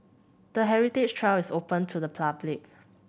the heritage trail is open to the public